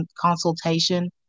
consultation